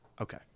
Okay